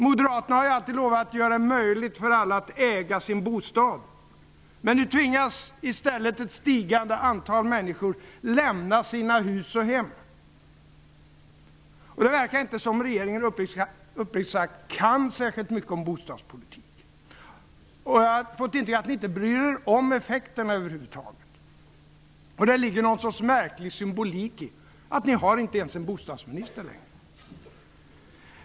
Moderaterna har ju alltid lovat att göra det möjligt för alla att äga sin bostad. Men nu tvingas i stället ett stigande antal människor att lämna sina hus och hem. Det verkar uppriktigt sagt inte som om regeringen kan särskilt mycket om bostadspolitik. Ni bryr er inte om effekterna över huvud taget. Det ligger någon sorts märklig symbolik i att ni inte ens har en bostadsminister längre.